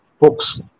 books